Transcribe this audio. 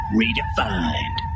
redefined